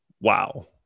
wow